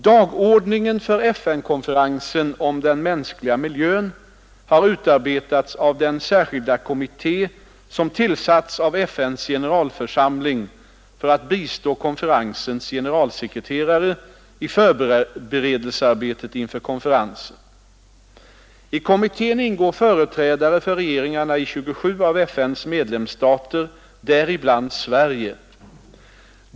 Dagordningen för FN-konferensen om den mänskliga miljön har utarbetats av den särskilda kommitté som tillsatts av FN:s generalförsamling för att bistå konferensens generalsekreterare i förberedelsearbetet inför konferensen. I kommittén ingår företrädare för regeringarna i 27 av FN:s medlemsstater, däribland Sverige.